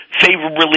favorably